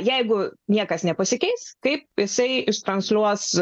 jeigu niekas nepasikeis kaip jisai ištransliuos